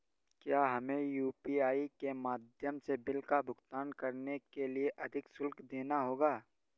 क्या हमें यू.पी.आई के माध्यम से बिल का भुगतान करने के लिए अधिक शुल्क देना होगा?